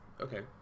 okay